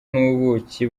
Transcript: n’ubuki